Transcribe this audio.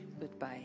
Goodbye